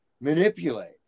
manipulate